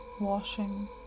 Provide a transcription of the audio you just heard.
Washing